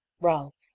Ralph